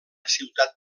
ciutat